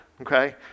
Okay